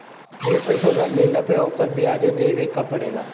ढेर पईसा उधार लेहला पे ओकर बियाजो देवे के पड़ेला